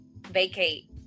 vacate